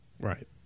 Right